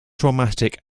traumatic